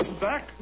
back